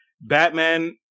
Batman